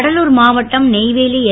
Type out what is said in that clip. கடலூர் மாவட்டம் நெய்வேலி என்